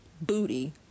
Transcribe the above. booty